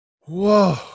whoa